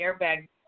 airbag